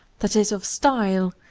that is, of style.